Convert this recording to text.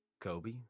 Kobe